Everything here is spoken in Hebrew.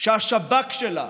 שהשב"כ שלה,